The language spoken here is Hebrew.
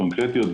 קונקרטיות,